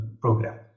program